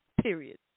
Period